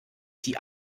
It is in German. die